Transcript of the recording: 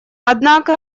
однако